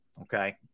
Okay